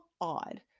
odd